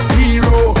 hero